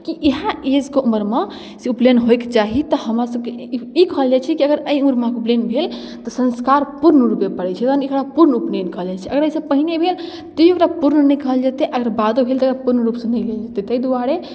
कि इएहे एजके उमरमे से उपनयन होइके चाही तऽ हमरा सभके ई ई कहल जाइ छै कि अगर अइ उम्रमे उपनयन भेल तऽ संस्कार पूर्ण रूपे पड़ै छै तहन एकरा पूर्ण रूप नहि कहल जाइ छै अगर अइसँ पहिने भेल तैयो एकरा पूर्ण नहि कहल जेतै अगर बादो भेल तऽ एकरा पूर्ण रूपसँ नहि लेल जेतै तऽ तै दुआरे